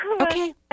Okay